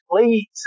Please